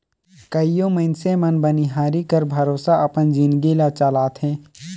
कइयो मइनसे मन बनिहारी कर भरोसा अपन जिनगी ल चलाथें